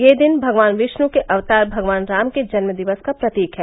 यह दिन भगवान विष्णु के अवतार भगवान राम के जन्म दिवस का प्रतीक है